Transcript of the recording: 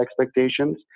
expectations